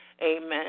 Amen